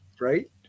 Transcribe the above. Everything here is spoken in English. right